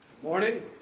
Morning